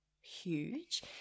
huge